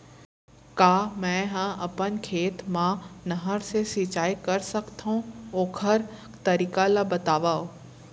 का मै ह अपन खेत मा नहर से सिंचाई कर सकथो, ओखर तरीका ला बतावव?